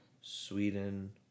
Sweden